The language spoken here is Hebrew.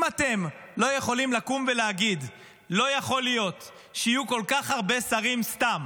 אם אתם לא יכולים לקום ולהגיד שלא יכול להיות שיהיו כל כך הרבה שרים סתם